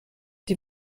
sie